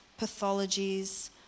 pathologies